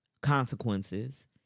consequences